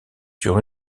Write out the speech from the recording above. sur